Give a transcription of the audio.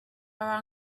are